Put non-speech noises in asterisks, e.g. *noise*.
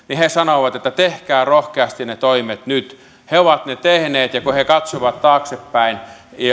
*unintelligible* niin he ovat sanoneet että tehkää rohkeasti ne toimet nyt he ovat ne tehneet ja kun he he katsovat taaksepäin